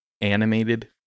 animated